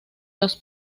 los